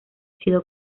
sido